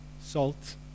salt